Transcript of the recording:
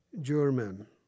German